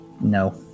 No